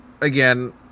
again